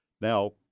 Now